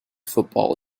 football